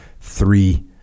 three